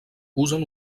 usen